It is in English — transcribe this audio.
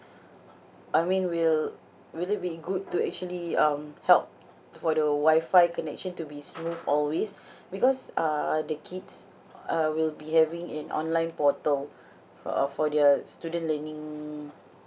I mean will will it be good to actually um help for the wi-fi connection to be smooth always because uh the kids uh will be having an online portal uh for their student learning